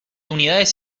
unidades